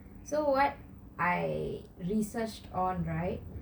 so what I researched on right